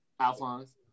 Alphonse